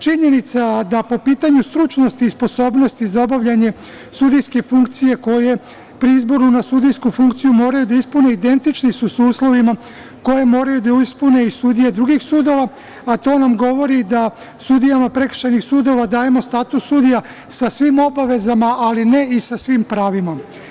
Činjenica da po pitanju stručnosti i sposobnosti za obavljanje sudijske funkcije koju pri izboru na sudijsku funkciju da ispune, identični su uslovima koje moraju da ispune i sudije drugih sudova, a to nam govori da sudijama prekršajnih sudova dajemo status sudija sa svim obavezama, ali ne i sa svim pravima.